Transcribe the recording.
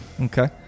Okay